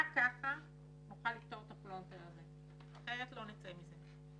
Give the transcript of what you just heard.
רק ככה נוכל לפתור את הפלונטר הזה כי אחרת לא נצא מזה.